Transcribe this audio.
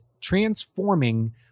transforming